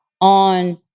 on